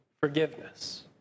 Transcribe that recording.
forgiveness